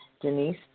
Denise